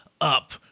up